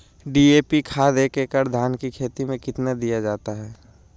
DAP खाद एक एकड़ धान की खेती में कितना दीया जाता है?